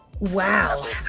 Wow